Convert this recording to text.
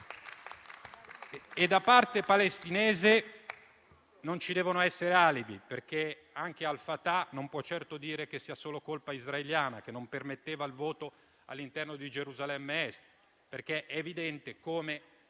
Da parte palestinese non ci devono essere alibi, perché anche al-Fatah non può certo dire che sia solo colpa israeliana, che non permetteva il voto all'interno di Gerusalemme Est. È evidente come